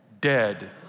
dead